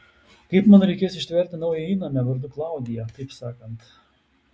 kaip man reikės ištverti naują įnamę vardu klaudija taip sakant